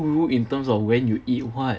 rules in terms of when you eat [what]